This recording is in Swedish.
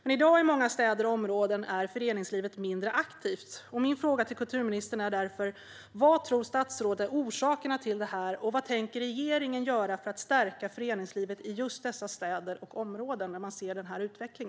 Men i dag i många städer och områden är föreningslivet mindre aktivt. Vad tror kulturministern är orsakerna till detta, och vad tänker regeringen göra för att stärka föreningslivet i just dessa städer och områden med denna utveckling?